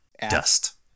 dust